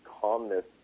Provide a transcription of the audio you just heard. calmness